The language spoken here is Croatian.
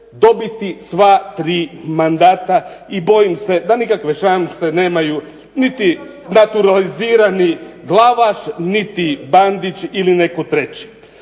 dobiti sva 3 mandata i bojim se da nikakve šanse nemaju niti naturalizirani Glavaš, niti Bandić ili netko treći.